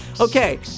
Okay